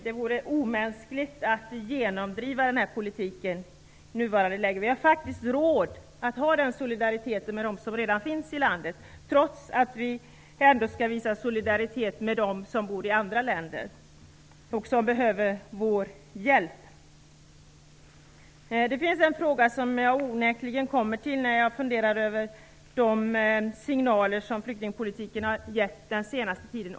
Det vore omänskligt att genomdriva den här politiken i det nuvarande läget. Vi har faktiskt råd att visa solidaritet med dem som redan finns i landet trots att vi också skall visa solidaritet med dem som bor i andra länder och som behöver vår hjälp. Det finns en fråga som jag oundvikligen kommer till när jag funderar över de signaler som har givits genom flyktingpolitiken den senaste tiden.